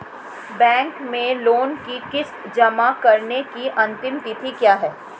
Bank में loan की किश्त जमा कराने की अंतिम तिथि क्या है?